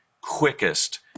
quickest